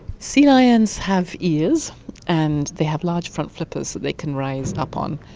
sea lions have ears and they have large front flippers that they can rise up on,